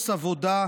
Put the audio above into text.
יהודים,